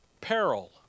Peril